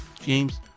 James